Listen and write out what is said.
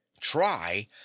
try